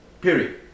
Period